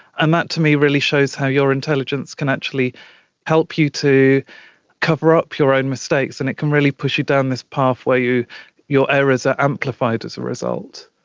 and that to me really shows how your intelligence can actually help you to cover up your own mistakes and it can really push you down this path where your errors are amplified as a result.